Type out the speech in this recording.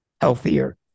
healthier